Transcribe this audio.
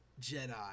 Jedi